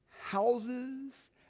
houses